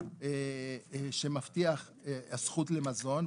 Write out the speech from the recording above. שמבטיח זכות למזון.